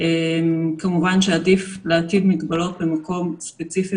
כמובן שעדיף להטיל מגבלות במקום ספציפי